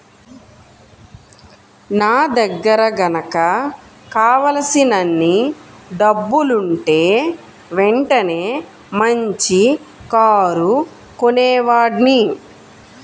నా దగ్గర గనక కావలసినన్ని డబ్బులుంటే వెంటనే మంచి కారు కొనేవాడ్ని